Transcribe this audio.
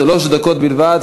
שלוש דקות בלבד,